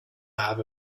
have